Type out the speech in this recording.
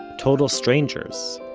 total strangers,